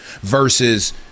versus